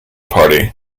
party